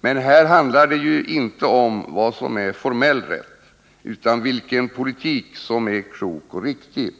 Men här handlar det ju inte om vad som är formellt rätt utan om vilken politik som är klok och riktig